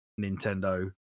Nintendo